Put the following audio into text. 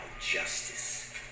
justice